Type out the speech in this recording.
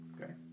Okay